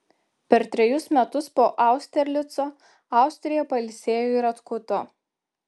per trejus metus po austerlico austrija pailsėjo ir atkuto